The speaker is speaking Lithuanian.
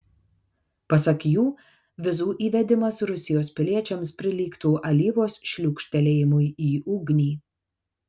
pasak jų vizų įvedimas rusijos piliečiams prilygtų alyvos šliūkštelėjimui į ugnį